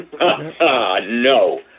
No